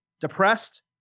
depressed